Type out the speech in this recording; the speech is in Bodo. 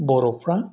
बर'फ्रा